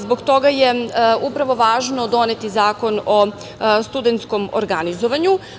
Zbog toga je upravo važno doneti Zakon o studentskom organizovanju.